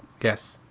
Yes